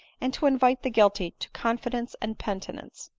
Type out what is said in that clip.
and to invite the guilty to confidence and penitence.